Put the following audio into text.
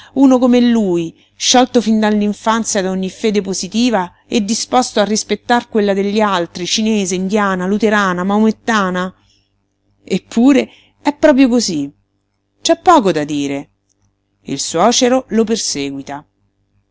uno come lui sciolto fin dall'infanzia da ogni fede positiva e disposto a rispettar quella degli altri cinese indiana luterana maomettana eppure è proprio cosí c'è poco da dire il suocero lo perseguita